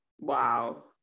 Wow